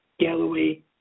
Galloway